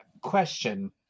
Question